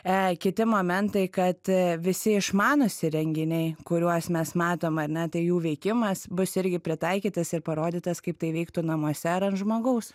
e kiti momentai kad visi išmanūs įrenginiai kuriuos mes matom ar ne tai jų veikimas bus irgi pritaikytas ir parodytas kaip tai veiktų namuose ar ant žmogaus